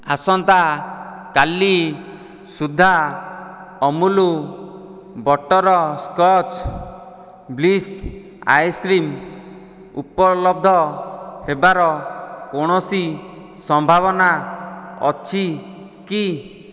ଆସନ୍ତା କାଲି ସୁଦ୍ଧା ଅମୁଲ ବଟରସ୍କଚ୍ ବ୍ଲିସ୍ ଆଇସ୍କ୍ରିମ୍ ଉପଲବ୍ଧ ହେବାର କୌଣସି ସମ୍ଭାବନା ଅଛି କି